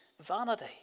vanity